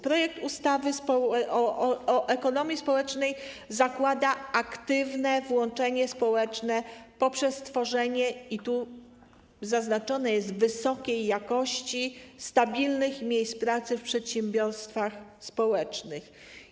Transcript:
Projekt ustawy o ekonomii społecznej zakłada aktywne włączenie społeczne poprzez tworzenie - i tu jest zaznaczone - wysokiej jakości, stabilnych miejsc pracy w przedsiębiorstwach społecznych.